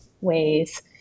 ways